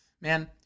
man